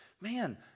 Man